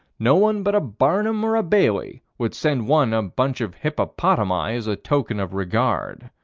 no one but a barnum or a bailey would send one a bunch of hippopotami as a token of regard.